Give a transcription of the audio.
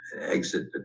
exit